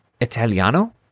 Italiano